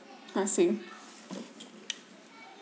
I see